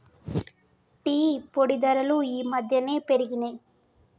tea పొడి ధరలు ఈ మధ్యన పెరిగినయ్